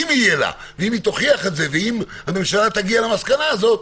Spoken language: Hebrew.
אם יהיו לה ואם היא תוכיח את זה ואם הממשלה תגיע למסקנה הזאת,